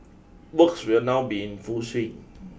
works will now be in full swing